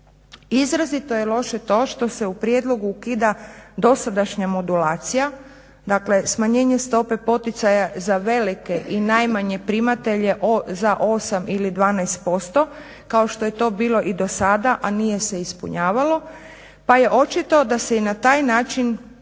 Izrazito je loše to što se u prijedlogu ukida dosadašnja modulacija, dakle smanjenje stope poticaja za velike i najmanje primatelje za 8 ili 12% kao što je to bilo i do sada, a nije se ispunjavalo pa je očito da se i na taj način